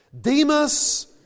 Demas